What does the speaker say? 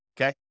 okay